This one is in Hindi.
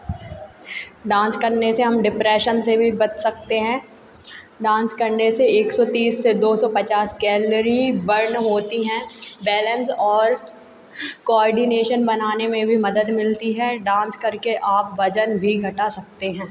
डांस करने से हम डिप्रैशन से भी बच सकते हैं डांस करने से एक सौ तीस से दो सौ पचास कैलोरी बर्न होती हैं बैलेंस और कौर्डिनेशन बनाने में भी मदद मिलती है डांस करके आप वज़न भी घटा सकते हैं